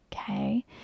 Okay